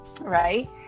Right